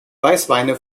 weißweine